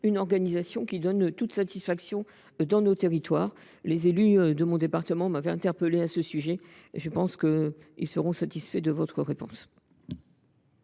une organisation qui donne toute satisfaction sur nos territoires ? Les élus de mon département qui m’ont interpellée à ce sujet seront, je pense, satisfaits de votre réponse.